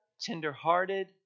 tenderhearted